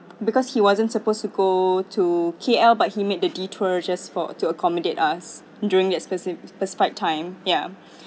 because he wasn't supposed to go to K_L but he made the detour just for to accommodate us during that speci~ specified time ya